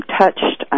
touched